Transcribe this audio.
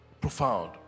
profound